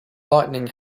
lightning